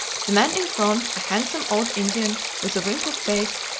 the man in front, a handsome old indian with a wrinkled face,